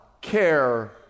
care